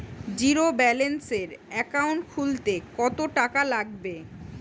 জিরোব্যেলেন্সের একাউন্ট খুলতে কত টাকা লাগবে?